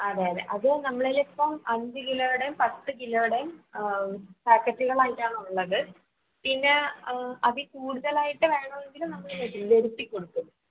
അതെ അതെ അത് നമ്മളുടെ കയ്യിൽ ഇപ്പോൾ അഞ്ചു കിലോയുടെയും പത്ത് കിലോയുടെയും പാക്കറ്റുകളായിട്ടാണ് ഉള്ളത് പിന്നെ അതിൽ കൂടുതലായിട്ട് വേണമെങ്കിലും നമ്മൾ വരുത്തിക്കൊടുക്കും